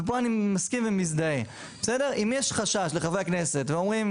ופה אני מסכים ומזדהה אם יש חשש לחברי הכנסת והם אומרים,